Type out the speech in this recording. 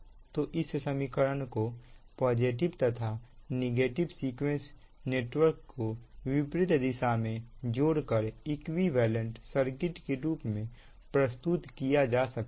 तो इस समीकरण को पॉजिटिव तथा नेगेटिव सीक्वेंस नेटवर्क को विपरीत दिशा में जोड़कर इक्विवेलेंट सर्किट के रूप में प्रस्तुत किया जा सकता है